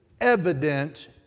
evident